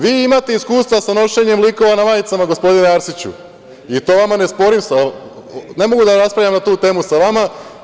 Vi imate iskustva sa nošenjem likova na majicama, gospodine Arsiću, i ne mogu da raspravljam na tu temu sa vama.